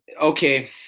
okay